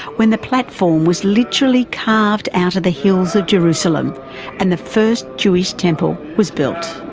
when the platform was literally carved out of the hills of jerusalem and the first jewish temple was built.